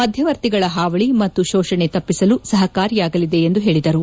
ಮಧ್ಯವರ್ತಿಗಳ ಹಾವಳಿ ಮತ್ತು ಶೋಷಣೆ ತಪ್ಪಿಸಲು ಸಹಕಾರಿಯಾಗಲಿದೆ ಎಂದು ಹೇಳಿದರು